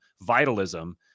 vitalism